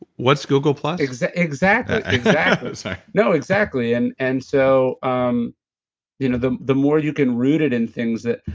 what's google plus? exactly. exactly sorry no, exactly. and and so um you know the the more you can root it in things that.